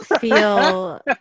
feel